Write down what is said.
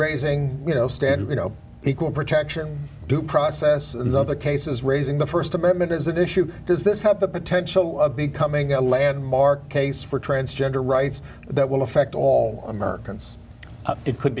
raising you know stand you know equal protection due process in the other cases raising the st amendment is that issue does this have the potential of becoming a landmark case for transgender rights that will affect all americans it could